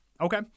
Okay